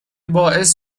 باعث